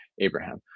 Abraham